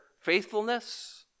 faithfulness